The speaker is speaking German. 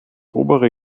obere